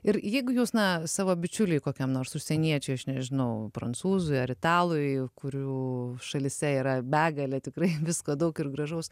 ir jeigu jūs na savo bičiuliui kokiam nors užsieniečiui aš nežinau prancūzui ar italui kurų šalyse yra begalė tikrai visko daug ir gražaus